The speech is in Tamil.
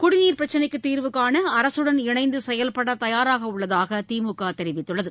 குடிநீர் பிரச்சினைக்கு தீர்வு காண அரசுடன் இணைந்து செயல்பட தயாராக உள்ளதாக திமுக தெரிவித்துள்ளது